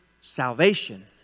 salvation